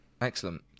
excellent